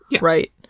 right